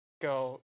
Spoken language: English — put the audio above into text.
go